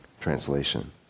translation